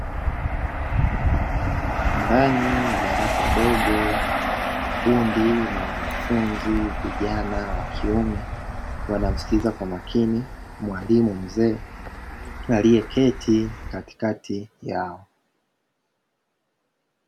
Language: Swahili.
Ndani ya darasa dogo, kundi la wanafunzi vijana wa kiume wanamsikiliza kwa makini mwalimu mzee aliyeketi katikati yao.